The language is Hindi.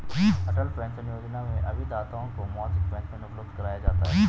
अटल पेंशन योजना में अभिदाताओं को मासिक पेंशन उपलब्ध कराया जाता है